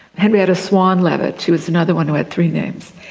henrietta swan leavitt, she was another one who had three names,